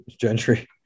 Gentry